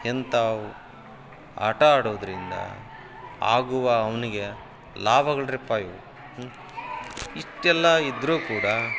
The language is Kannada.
ಎಂಥವ್ ಆಟ ಆಡೋದರಿಂದ ಆಗುವ ಅವನಿಗೆ ಲಾಭಗಳ್ರಿಪ್ಪ ಇವು ಇಷ್ಟೆಲ್ಲ ಇದರೂ ಕೂಡ